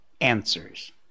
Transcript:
answers